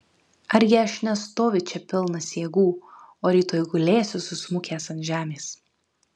argi aš nestoviu čia pilnas jėgų o rytoj gulėsiu susmukęs ant žemės